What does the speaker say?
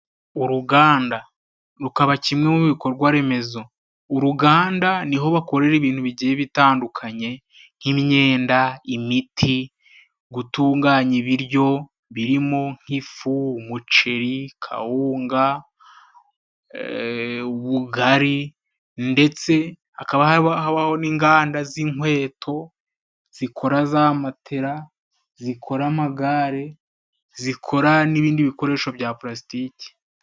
Uruganda. Rukaba kimwe mu bikorwa remezo . Uruganda niho bakorera ibintu bigiye bitandukanye nk'imyenda, imiti, gutunganya ibiryo birimo nk'ifu, umuceri, kawunga, ubugari, ndetse hakaba habaho n'inganda z'inkweto, zikora za matera, zikora amagare, zikora n'ibindi bikoresho bya pulasitiki.